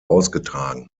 ausgetragen